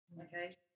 okay